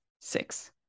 six